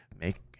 make